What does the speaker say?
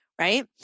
right